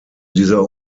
dieser